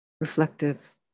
reflective